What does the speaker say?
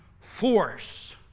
force